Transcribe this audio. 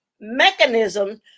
mechanism